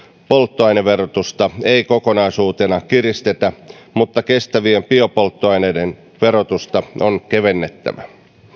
polttoaineverotusta ei kokonaisuutena kiristetä mutta kestävien biopolttoaineiden verotusta on kevennettävä